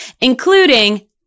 including